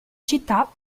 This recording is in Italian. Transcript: città